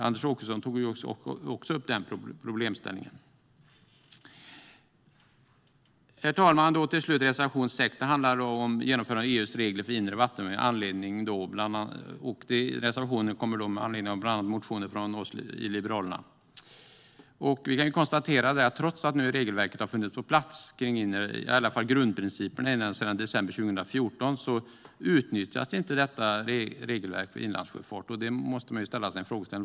Anders Åkesson tog också upp den problemställningen. Herr talman! Reservation 6 handlar om genomförandet av EU:s regler för inre vattenvägar. Reservationen kommer med anledning av motioner från bland annat oss i Liberalerna. Trots att regelverket, i alla fall grundprinciperna, har funnits på plats sedan december 2014 utnyttjas inte regelverket för inlandssjöfart.